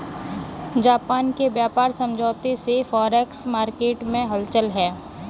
Japan के व्यापार समझौते से फॉरेक्स मार्केट में हलचल है